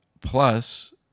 plus